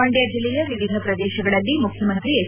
ಮಂಡ್ಡ ಜಿಲ್ಲೆಯ ವಿವಿಧ ಪ್ರದೇಶಗಳಲ್ಲಿ ಮುಖ್ಯಮಂತ್ರಿ ಹೆಚ್